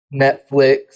Netflix